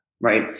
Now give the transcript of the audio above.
right